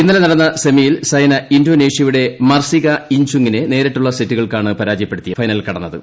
ഇന്നലെ നടന്ന സെമിയിൽ സൈന ഇൻഡോനേ ഷ്യയുടെ മർസിക ഇൻജുങിനെ നേരിട്ടുള്ള സെറ്റുകൾക്ക് പരാജയപ്പെ ടുത്തിയാണ് ഫൈനലിൽ കടന്നത്